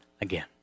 again